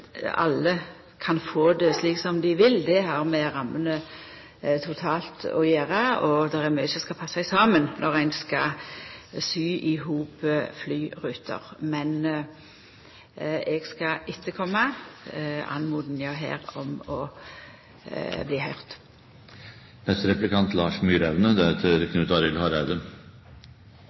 alle kan få det slik dei vil – det har med rammene totalt å gjera, og det er mykje som skal passa saman når ein skal sy i hop flyruter. Men eg skal ta med meg oppmodinga her om at dei må bli